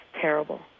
terrible